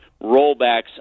rollbacks